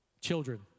Children